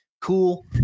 Cool